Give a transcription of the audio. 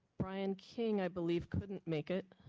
brian king, i believe couldn't make it.